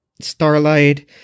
starlight